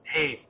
Hey